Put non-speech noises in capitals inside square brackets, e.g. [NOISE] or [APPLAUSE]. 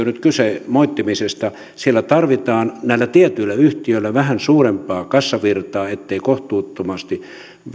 [UNINTELLIGIBLE] nyt kyse moittimisesta siellä tarvitaan näillä tietyillä yhtiöillä vähän suurempaa kassavirtaa ettei kohtuuttomasti